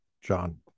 John